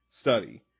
study